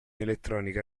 elettronica